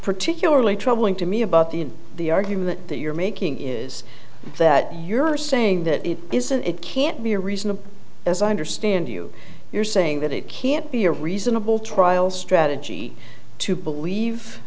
particularly troubling to me about the the argument that you're making is that you're saying that it isn't it can't be a reason and as i understand you you're saying that it can't be a reasonable trial strategy to believe